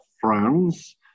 France